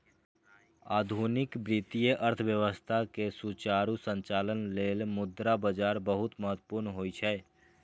आधुनिक वित्तीय अर्थव्यवस्था के सुचारू संचालन लेल मुद्रा बाजार बहुत महत्वपूर्ण होइ छै